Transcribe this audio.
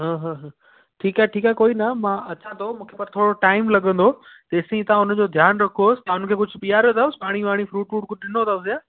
हा हा हा ठीकु आहे ठीकु आहे कोई न मां अचां थो मूंखे पर थोरो टाईम लॻंदो तेसि ताईं उनजो ध्यानु रखोसि तव्हां उनखे कुझु पीआरियो अथवसि पाणी वाणी फ़्रूट व्रूट कुझु ॾिनो अथवसि या